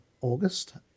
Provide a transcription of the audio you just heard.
August